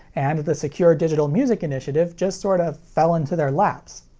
and the secure digital music initiative just sort of fell into their laps.